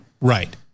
Right